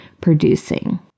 producing